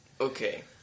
Okay